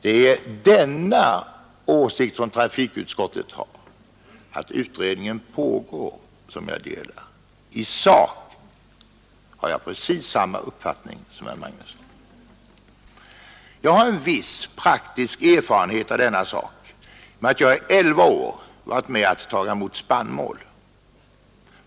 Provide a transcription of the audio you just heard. Det är denna trafikutskottets åsikt, att utredning pågår, som jag delar; i sak har jag precis samma uppfattning som herr Magnusson. Jag har viss praktisk erfarenhet av dessa frågor, eftersom jag under elva år har varit med om att ta emot spannmål.